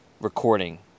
recording